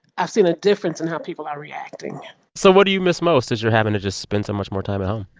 i've seen a difference in how people are reacting so what do you miss most as you're having to just spend so much more time at home?